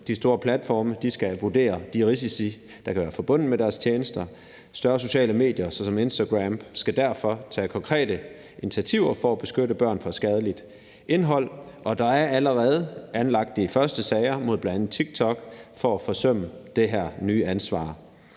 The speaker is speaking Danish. De store platforme skal vurdere de risici, der kan være forbundet med deres tjenester. Større sociale medier såsom Instagram skal derfor tage konkrete initiativer for at beskytte børn mod skadeligt indhold, og der er allerede anlagt de første sager mod bl.a. TikTok for at forsømme det her nye ansvar.